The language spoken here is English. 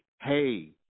Hey